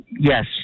Yes